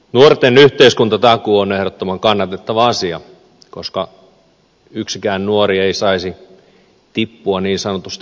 nuorten yhteiskuntatakuu on ehdottoman kannatettava asia koska yksikään nuori ei saisi tippua niin sanotusti kelkasta pois